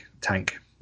tank